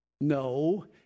No